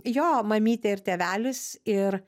jo mamytė ir tėvelis ir